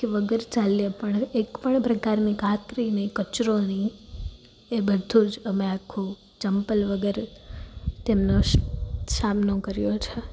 વગર ચાલ્યે પણ એક પણ પ્રકારની કાંકરી નહીં કચરો નહીં એ બધું જ અમે આખું ચંપલ વગર તેમનો સામનો કર્યો છે